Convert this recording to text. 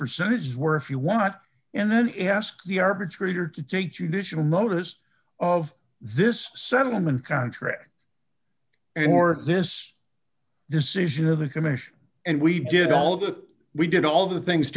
percentages were if you want and then ask the arbitrator to take judicial notice of this settlement contract and for this decision of a commission and we did all of that we did all the things